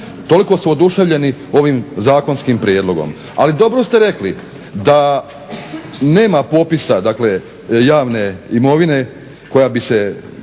toliko su oduševljeni ovim zakonskim prijedlogom. Ali dobro ste rekli da nema popisa javne imovine koja bi bila